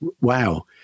wow